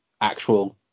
actual